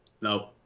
No